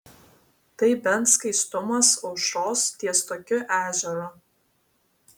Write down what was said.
tai bent skaistumas aušros ties tokiu ežeru